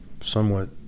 somewhat